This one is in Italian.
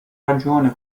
ragione